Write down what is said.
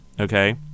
Okay